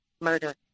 murder